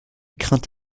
crainte